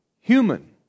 human